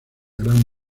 gran